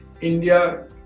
India